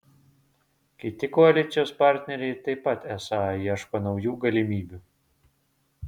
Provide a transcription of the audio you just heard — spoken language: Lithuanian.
kiti koalicijos partneriai taip pat esą ieško naujų galimybių